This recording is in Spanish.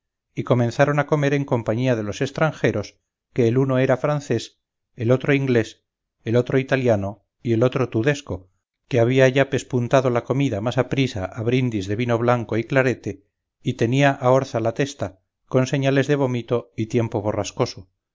y comenzaron a comer en compañía de los estranjeros que el uno era francés el otro inglés el otro italiano y el otro tudesco que había ya pespuntado la comida más aprisa a brindis de vino blanco y clarete y tenía a orza la testa con señales de vómito y tiempo